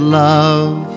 love